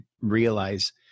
realize